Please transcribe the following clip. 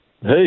Hey